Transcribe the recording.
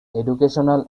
educational